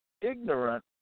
ignorant